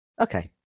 Okay